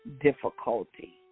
difficulty